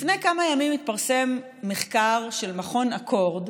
לפני כמה ימים התפרסם מחקר של מכון אקורד,